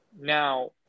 Now